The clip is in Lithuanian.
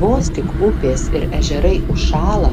vos tik upės ir ežerai užšąla